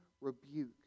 rebuke